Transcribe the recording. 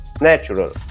natural